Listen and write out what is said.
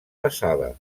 passava